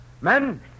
Men